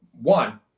one